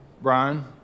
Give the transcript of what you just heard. Brian